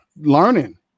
learning